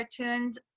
cartoons